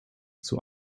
zur